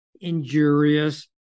injurious